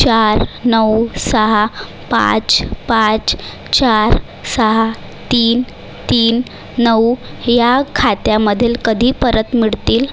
चार नऊ सहा पाच पाच चार सहा तीन तीन नऊ ह्या खात्यामधील कधी परत मिळतील